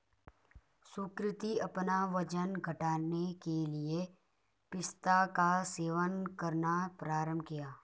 सुकृति अपना वजन घटाने के लिए पिस्ता का सेवन करना प्रारंभ किया